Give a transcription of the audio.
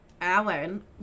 Alan